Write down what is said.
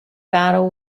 battle